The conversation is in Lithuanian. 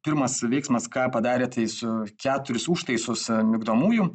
pirmas veiksmas ką padarė tai su keturis užtaisus migdomųjų